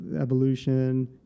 evolution